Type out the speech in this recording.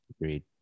agreed